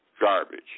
Garbage